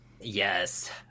Yes